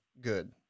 good